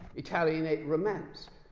italianate romance,